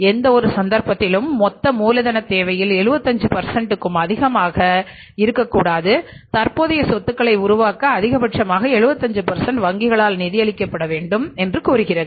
எந்தவொரு சந்தர்ப்பத்திலும் மொத்த மூலதனத் தேவையில் 75 க்கும் அதிகமாக இருக்கக்கூடாது தற்போதைய சொத்துக்களை உருவாக்க அதிகபட்சமாக 75 வங்கிகளால் நிதியளிக்கப்பட வேண்டும் என்று கூறுகிறது